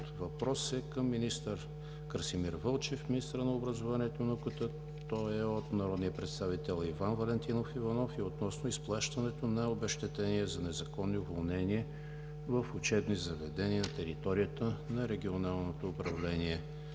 въпрос е към министър Красимир Вълчев, министър на образованието и науката. Той е от народния представител Иван Валентинов Иванов и е относно изплащането на обезщетения за незаконни уволнения в учебни заведения на територията на Регионалното управление